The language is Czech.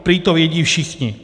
Prý to vědí všichni.